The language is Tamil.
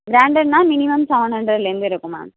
ப்ராண்டட்னா மினிமம் சவன் ஹண்ட்ரட்லேருந்து இருக்குது மேம்